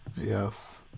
Yes